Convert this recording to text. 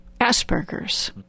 Asperger's